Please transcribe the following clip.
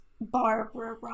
Barbara